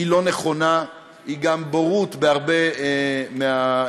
היא לא נכונה, והיא גם בורות בהרבה מהמקרים.